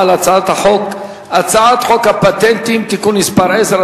בקריאה ראשונה על הצעת חוק הפטנטים (תיקון מס' 10),